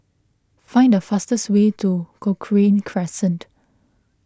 find the fastest way to Cochrane Crescent